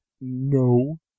No